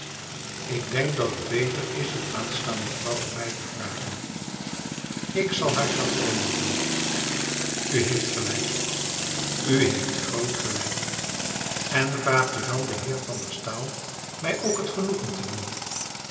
ik denk dat het beter is uw aanstaande vrouw er bij te vragen ik zal haar chaperoneeren u heeft gelijk u heeft groot gelijk en vraagt u dan den heer van der staal mij ook het genoegen te doen